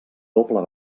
doble